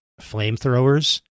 flamethrowers